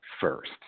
first